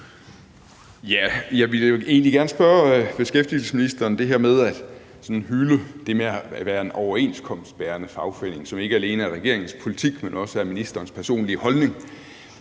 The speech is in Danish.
Jeg ville egentlig gerne spørge beskæftigelsesministeren om det her med at hylde det at være en overenskomstbærende fagforening, som ikke alene er regeringens politik, men også er ministerens personlige holdning.